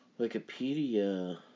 Wikipedia